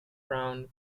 braun